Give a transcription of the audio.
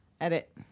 Edit